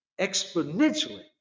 exponentially